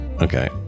Okay